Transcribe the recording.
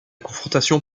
confrontation